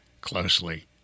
closely